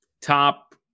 top